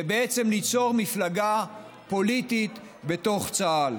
ובעצם ליצור מפלגה פוליטית בתוך צה"ל.